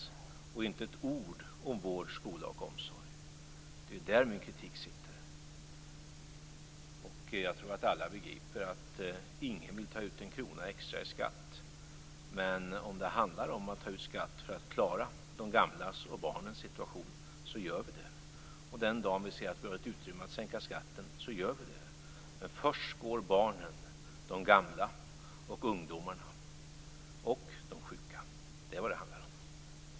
Det fanns inte ett ord om vård, skola och omsorg. Det är där min kritik sitter. Jag tror att alla begriper att ingen vill ta ut en krona extra i skatt. Men om det handlar om att ta ut skatt för att klara de gamlas och barnens situation så gör vi det. Den dag vi ser att vi har ett utrymme att sänka skatten så gör vi det. Men först går barnen, de gamla, ungdomarna och de sjuka.